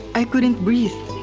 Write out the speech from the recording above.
i couldn't breathe.